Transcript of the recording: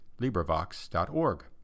LibriVox.org